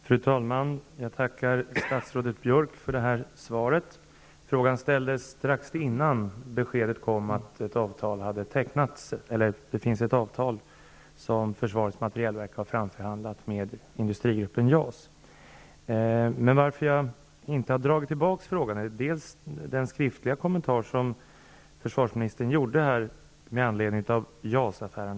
Fru talman! Jag tackar statsrådet Björck för svaret. Jag framställde frågan strax innan beskedet kom om att det finns ett avtal som Försvarets materielverk har framförhandlat med Att jag inte har dragit tillbaka frågan beror bl.a. på den skriftliga kommentar som försvarsministern gjorde här med anledning av JAS-affären.